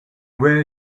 where